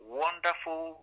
wonderful